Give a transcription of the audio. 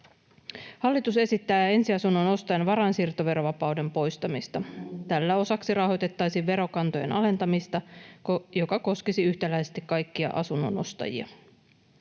Hallitus esittää ensiasunnon ostajan varainsiirtoverovapauden poistamista. Tällä osaksi rahoitettaisiin verokantojen alentamista, joka koskisi yhtäläisesti kaikkia asunnonostajia.